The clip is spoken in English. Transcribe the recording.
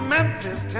Memphis